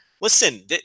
listen